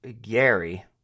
Gary